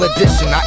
Edition